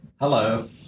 Hello